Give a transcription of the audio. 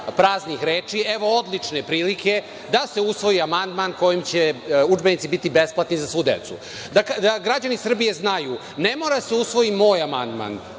praznih reči, evo odlične prilike da se usvoji amandman kojim će udžbenici biti besplatni za svu decu. Da građani Srbije znaju, ne mora da se usvoji moj amandman,